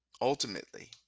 Ultimately